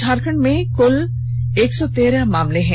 झारखंड में कुल एक सौ तेरह मामले हैं